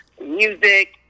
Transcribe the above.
music